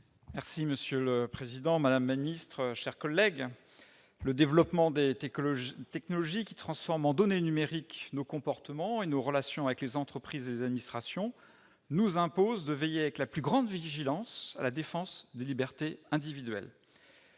Monsieur le président, madame la secrétaire d'État, chers collègues, le développement des technologies, qui transforment en données numériques nos comportements et nos relations avec les entreprises et les administrations, nous impose de veiller avec la plus grande vigilance à la défense des libertés individuelles.